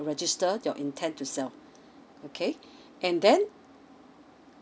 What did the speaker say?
register your intend to sell okay and then